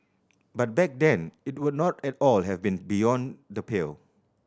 but back then it would not at all have been beyond the pale